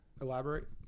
elaborate